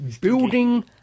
building